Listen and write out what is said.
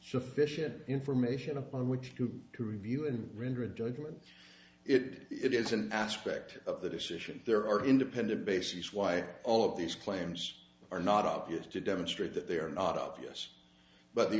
sufficient information upon which to review and render a judgment it is an aspect of the decision there are independent basis why all of these claims are not obvious to demonstrate that they are not obvious but the